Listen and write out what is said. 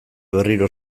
berriro